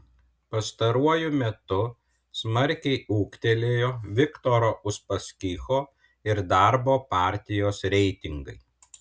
pastaruoju metu smarkiai ūgtelėjo viktoro uspaskicho ir darbo partijos reitingai